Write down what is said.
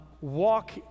walk